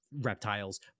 reptiles